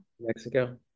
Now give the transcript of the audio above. Mexico